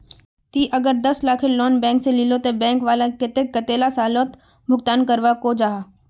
ती अगर दस लाखेर लोन बैंक से लिलो ते बैंक वाला कतेक कतेला सालोत भुगतान करवा को जाहा?